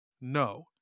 No